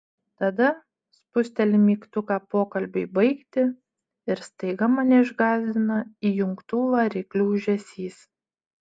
tada spusteli mygtuką pokalbiui baigti ir staiga mane išgąsdina įjungtų variklių ūžesys